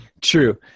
true